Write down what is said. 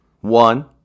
One